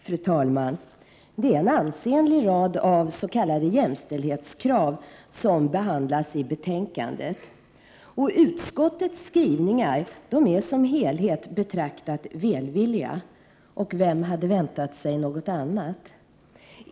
Fru talman! Det är en ansenlig rad av s.k. jämställdhetskrav som behandlas i betänkandet. Utskottets skrivningar är som helhet betraktade välvilliga, och vem hade väntat sig något annat?